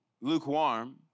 lukewarm